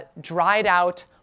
dried-out